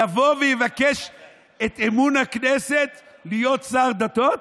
יבוא ויבקש את אמון הכנסת להיות שר דתות?